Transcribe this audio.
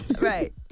Right